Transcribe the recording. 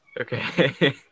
okay